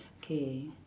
K